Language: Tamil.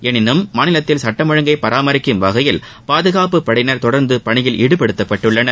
எனினும் மாநிலத்தில் சுட்டம் ஒழுங்கை பராமரிக்கும் வகையில் பாதுகாப்பு படையினர் தொடர்ந்து பணியில் ஈடுபடுத்தப்பட்டுள்ளனர்